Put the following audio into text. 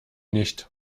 nicht